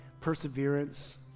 perseverance